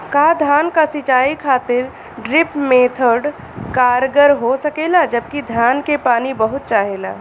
का धान क सिंचाई खातिर ड्रिप मेथड कारगर हो सकेला जबकि धान के पानी बहुत चाहेला?